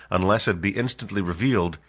unless it be instantly revealed,